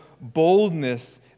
boldness